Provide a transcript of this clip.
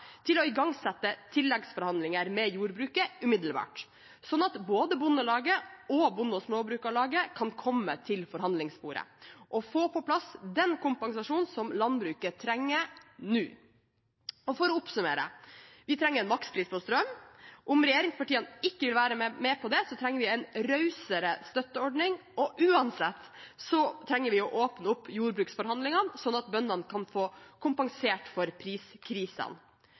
til å igangsette tilleggsforhandlinger med jordbruket umiddelbart, slik at både Bondelaget og Bonde- og Småbrukarlaget kan komme til forhandlingsbordet og få på plass den kompensasjonen som landbruket trenger nå. For å oppsummere: Vi trenger en makspris på strøm. Om regjeringspartiene ikke vil være med på det, trenger vi en rausere støtteordning, og uansett trenger vi å åpne opp jordbruksforhandlingene, slik at bøndene kan få kompensert for